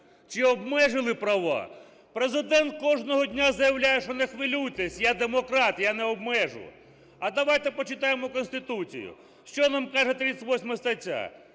Чи обмежили права? Президент кожного дня заявляє, що не хвилюйтесь, я демократ, я не обмежу. А давайте почитаємо Конституцію, що нам каже 38 стаття.